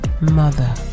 mother